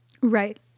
right